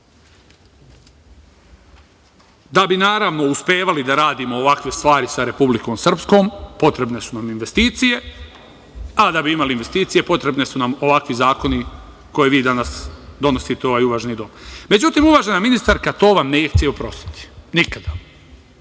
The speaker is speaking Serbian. bi naravno, uspevali da radimo ovakve stvari sa Republikom Srpskom potrebne su nam investicije, a da bi imali investicije potrebni su nam ovakvi zakoni, koje vi danas donosite u ovom uvaženom domu.Međutim, uvažena ministarka to vam neće oprostiti,